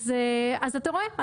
אז אתה רואה,